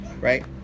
right